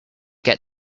get